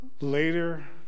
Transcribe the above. later